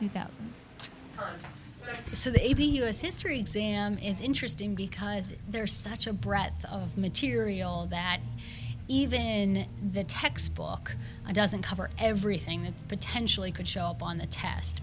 two thousand so the a p us history exam is interesting because they're such a breath of material that even the textbook doesn't cover everything that potentially could show up on the test